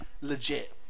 legit